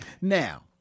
Now